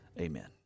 amen